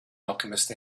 alchemist